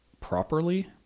properly